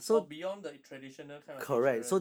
or beyond the traditional kind of insurance